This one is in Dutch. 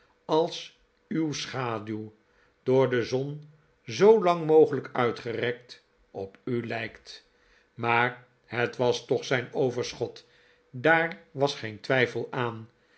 als uw schaduw door de zon zoo lang mogelijk uitgerekt op u lijkt maar het was toch zijn overschot daar was geen twijfel aan